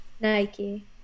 Nike